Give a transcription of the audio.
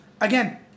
again